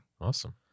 Awesome